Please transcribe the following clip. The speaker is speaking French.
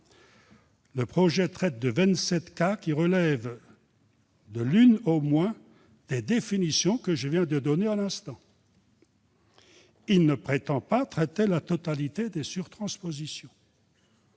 Ce texte traite de vingt-sept cas, qui relèvent de l'une au moins des définitions que je viens de donner. Il ne prétend pas traiter la totalité des surtranspositions.